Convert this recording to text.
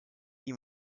die